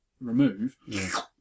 remove